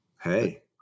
Hey